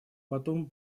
потом